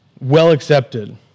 well-accepted